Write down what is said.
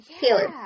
Taylor